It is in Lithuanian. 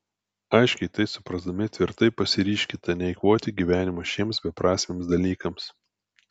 aiškiai tai suprasdami tvirtai pasiryžkite neeikvoti gyvenimo šiems beprasmiams dalykams